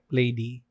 lady